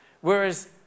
Whereas